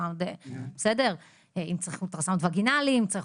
אולטרסאונד וגינלי אם צריך,